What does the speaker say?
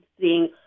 seeing